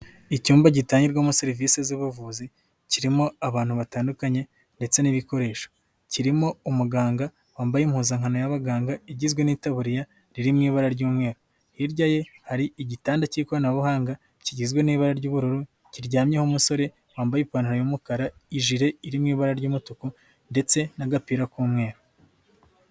Icyumba gitangirwamo serivisi z'ubuvuzi, kirimo abantu batandukanye ndetse n'ibikoresho, kirimo umuganga, wambaye impuzankano y'abaganga, igizwe n'itaburiya riri mu ibara ry'umweru, hirya ye hari igitanda cy'ikoranabuhanga, kigizwe n'ibara ry'ubururu, kiryamyeho umusore, wambaye ipantaro y'umukara, ijire iri mu ibara ry'umutuku ndetse n'agapira k'umweru.